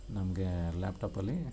ನಮಗೆ ಲ್ಯಾಪ್ಟಾಪಲ್ಲಿ